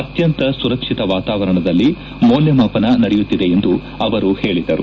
ಅತ್ಕಂತ ಸುರಕ್ಷಿತ ವಾತಾವರಣದಲ್ಲಿ ಮೌಲ್ಯಮಾಪನ ನಡೆಯುತ್ತಿದೆ ಎಂದು ಅವರು ಹೇಳಿದರು